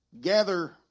gather